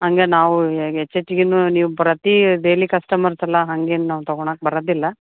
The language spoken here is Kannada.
ಹಂಗೆ ನಾವು ಹೆಚ್ ಹೆಚ್ಗಿನು ನೀವು ಪ್ರತಿ ಡೇಲಿ ಕಸ್ಟಮರತ್ರಲ್ಲ ಹಂಗೇನು ನಾವು ತಕೊಣಕೆ ಬರೊದಿಲ್ಲ